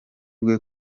bwe